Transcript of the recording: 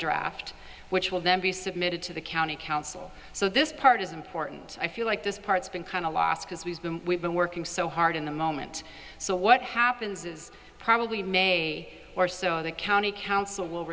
draft which will then be submitted to the county council so this part is important i feel like this part's been kind of lost because we've been we've been working so hard in the moment so what happens is probably may or so the county council will